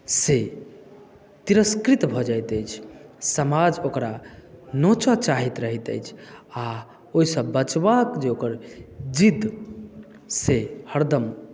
से तिरस्कृत भऽ जाइत अछि समाज ओकरा नोचऽ चाहैत रहैत अछि आ ओहिसँ बचबाक जे ओकर जिद्द से हरदम